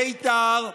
בית"ר,